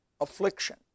affliction